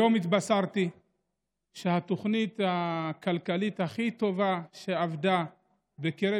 היום התבשרתי שהתוכנית הכלכלית הכי טובה שעבדה בקרב